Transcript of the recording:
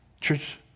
Church